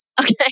Okay